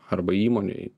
arba įmonei